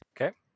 Okay